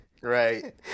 right